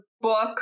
book